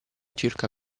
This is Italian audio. circa